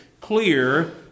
clear